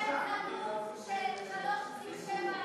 נתון של 3.7,